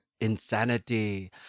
insanity